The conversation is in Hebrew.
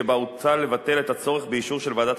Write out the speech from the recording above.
שבה הוצע לבטל את הצורך באישור של ועדת